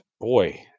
boy